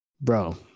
bro